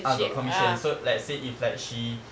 ah got commission so let's say if like she